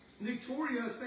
Victoria